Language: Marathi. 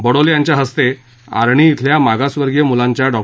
बडोले यांच्या हस्ते आर्णि शिल्या मागासवर्गीय मुलांच्या डॉ